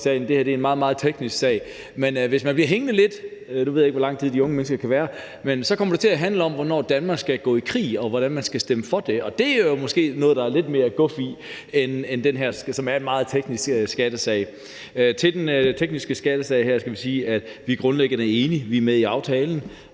tid de unge mennesker kan være her – kommer det til at handle om, hvornår Danmark skal gå i krig, og hvordan man skal stemme for det, og det er måske noget, der er lidt mere guf i end det her, som er en meget teknisk skattesag. Til den tekniske skattesag her skal vi sige, at vi grundlæggende er enige. Vi er med i aftalen,